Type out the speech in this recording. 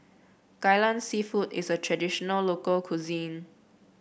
Kai Lan seafood is a traditional local cuisine